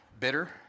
Bitter